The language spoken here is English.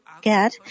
get